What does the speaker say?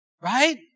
Right